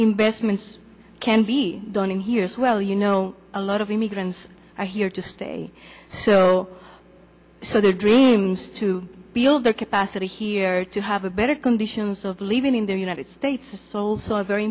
investments can be done in here as well you know a lot of immigrants are here to stay so so their dreams to build their capacity here to have a better conditions of leaving the united states sold so a very